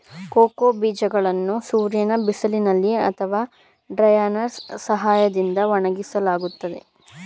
cocoa ಬೀಜಗಳನ್ನು ಸೂರ್ಯನ ಬಿಸಿಲಿನಲ್ಲಿ ಅಥವಾ ಡ್ರೈಯರ್ನಾ ಸಹಾಯದಿಂದ ಒಣಗಿಸಲಾಗುತ್ತದೆ